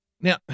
Now